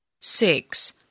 Six